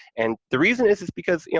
and the reason is is because, yeah